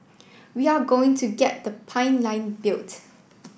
we are going to get the pipeline built